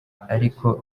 ariko